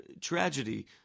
tragedy